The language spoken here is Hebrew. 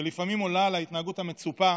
שלפעמים עולה על ההתנהגות המצופה